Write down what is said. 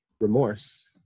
remorse